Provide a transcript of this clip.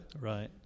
Right